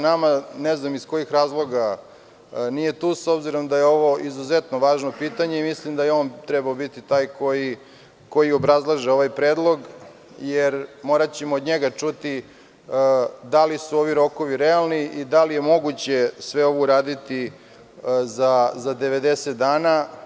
Ne znam iz kojih razloga nije tu, s obzirom da je ovo izuzetno važno pitanje i mislim da je trebao on da bude taj koji obrazlaže ovaj predlog, jer moraćemo od njega čuti da li su ovi rokovi realni i da li je moguće sve ovo uraditi za 90 dana.